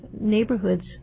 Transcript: neighborhoods